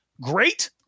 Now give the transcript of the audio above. great